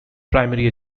primary